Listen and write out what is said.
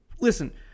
Listen